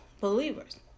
believers